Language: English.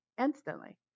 instantly